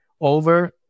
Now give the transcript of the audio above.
over